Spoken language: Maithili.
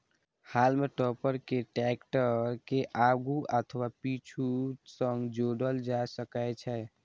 हाल्म टॉपर कें टैक्टर के आगू अथवा पीछू सं जोड़ल जा सकै छै